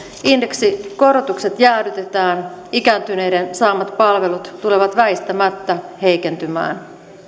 indeksikorotukset jäädytetään ikääntyneiden saamat palvelut tulevat väistämättä heikentymään